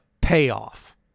payoff